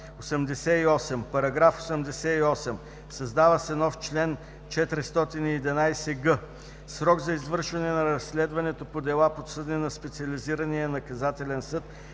§ 88. „§ 88. Създава се нов чл. 411г: „Срок за извършване на разследването по дела, подсъдни на специализирания наказателен съд